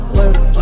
work